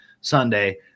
Sunday